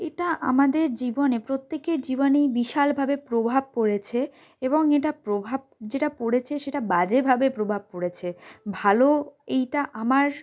এটা আমাদের জীবনে প্রত্যেকের জীবনেই বিশালভাবে প্রভাব পড়েছে এবং এটা প্রভাব যেটা পড়েছে সেটা বাজেভাবে প্রভাব পড়েছে ভালো এইটা আমার